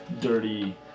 dirty